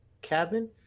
cabin